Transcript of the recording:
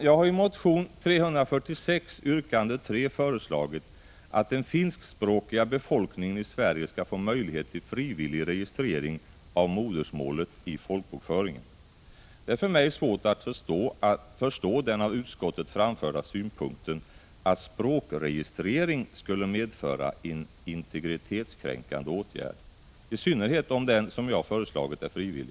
Jag har i motion 346 yrkande 3 föreslagit att den finskspråkiga befolkningen i Sverige skall få möjlighet till frivillig registrering av modersmålet i folkbokföringen. Det är för mig svårt att förstå den av utskottet framförda synpunkten att språkregistrering skulle medföra en integritetskränkande åtgärd — i synnerhet om den, som jag föreslagit, är frivillig.